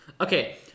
Okay